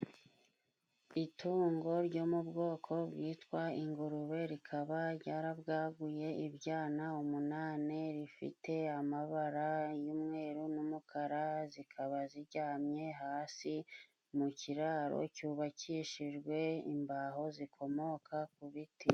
Itungo ryo mubwoko bwitwa ingurube rikaba ryarabwaguye ibyana umunani, rifite amabara y'umweru n'umukara, zikaba ziryamye hasi mu kiraro cyubakishijwe imbaho zikomoka ku biti.